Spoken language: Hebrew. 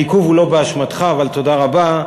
העיכוב הוא לא באשמתך, אבל תודה רבה.